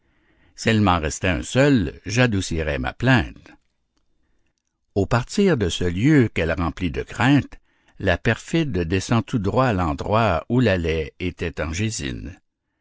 m'en restait un seul j'adoucirais ma plainte au partir de ce lieu qu'elle remplit de crainte la perfide descend tout droit à l'endroit où la laie était